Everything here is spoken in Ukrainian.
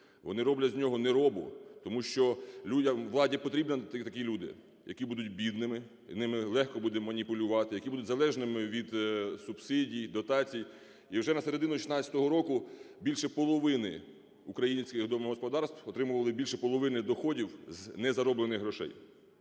вони роблять з нього неробу, тому що людям у владі потрібні такі люди, які будуть бідними і ними легко буде маніпулювати, які будуть залежними від субсидій, дотацій. І вже на середину 16-го року більше половини українських домогосподарств отримували більше половини доходів з незароблених грошей.